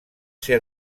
ser